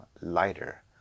lighter